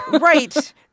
Right